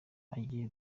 agiye